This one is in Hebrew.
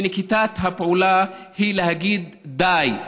ונקיטת הפעולה היא להגיד: די,